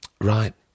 Right